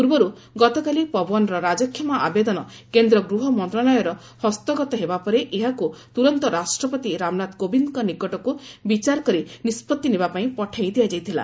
ପୂର୍ବରୁ ଗତକାଲି ପବନର ରାଜକ୍ଷମା ଆବେଦନ କେନ୍ଦ୍ର ଗୃହ ମନ୍ତ୍ରଣାଳୟର ହସ୍ତଗତ ହେବା ପରେ ଏହାକୁ ତୁରନ୍ତ ରାଷ୍ଟ୍ରପତି ରାମନାଥ କୋବିନ୍ଦଙ୍କ ନିକଟକୁ ବିଚାର କରି ନିଷ୍ପଭି ନେବାପାଇଁ ପଠାଇ ଦିଆଯାଇଥିଲା